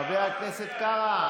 חבר הכנסת קארה,